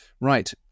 right